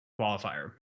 qualifier